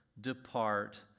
depart